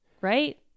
right